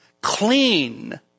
clean